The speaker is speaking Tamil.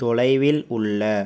தொலைவில் உள்ள